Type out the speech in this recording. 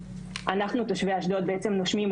אנחנו תושבים אשדוד בעצם נושמים,